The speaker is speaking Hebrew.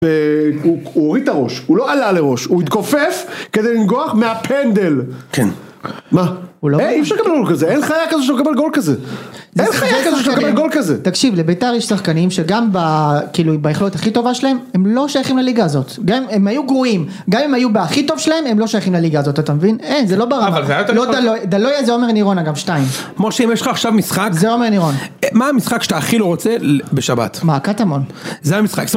הוא הוריד את הראש והוא לא העלה לראש, הוא התכופף כדי לנגוח מהפנדל .כן! מה? הוא לא הגבל גול כזה ...אין חיה כזה שמקבל גול כזה. אין חיה כזה שמקבל גול כזה .תקשיב לבית"ר יש שחקנים שגם כאילו ביכולת הכי טובה שלהם הם לא שייכים לליגה הזאת. הם היו גרועים, גם אם הם היו בהכי טוב שלהם .הם לא שייכים לליגה הזאת, אתה מבין? אין זה לא ברמה. דלויה זה עומר נירונה גם, שתיים. משה אם יש לך עכשיו משחק, מה המשחק שאתה הכי רוצה בשבת? מה? קטמון. זה המשחק.